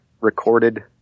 recorded